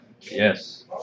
Yes